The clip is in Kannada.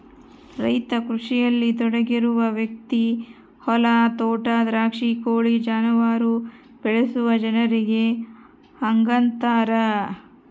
ರೈತ ಕೃಷಿಯಲ್ಲಿ ತೊಡಗಿರುವ ವ್ಯಕ್ತಿ ಹೊಲ ತೋಟ ದ್ರಾಕ್ಷಿ ಕೋಳಿ ಜಾನುವಾರು ಬೆಳೆಸುವ ಜನರಿಗೆ ಹಂಗಂತಾರ